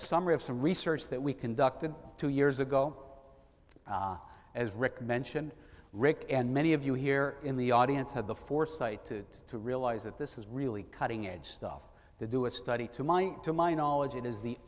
summary of some research that we can ducted two years ago as rick mention rick and many of you here in the audience had the foresight to realize that this is really cutting edge stuff to do a study to mine to my knowledge it is the